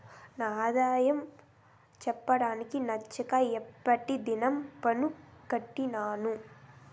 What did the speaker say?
నా ఆదాయం చెప్పడానికి నచ్చక ఎప్పటి దినం పన్ను కట్టినాను